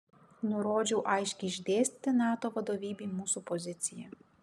nurodžiau aiškiai išdėstyti nato vadovybei mūsų poziciją